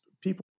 people